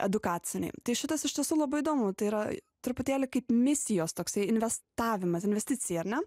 edukaciniai tai šitas iš tiesų labai įdomu tai yra truputėlį kaip misijos toksai investavimas investicija ar ne